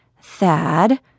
Thad